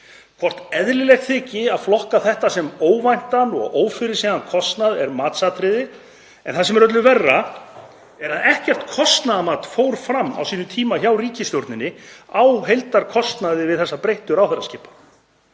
Hvort eðlilegt þyki að flokka þetta sem óvæntan og ófyrirséðan kostnað er matsatriði en það sem er öllu verra er að ekkert kostnaðarmat fór fram á sínum tíma hjá ríkisstjórninni á heildarkostnaði við þessa breyttu ráðherraskipan.